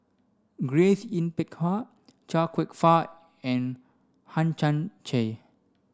Grace Yin Peck Ha Chia Kwek Fah and Hang Chang Chieh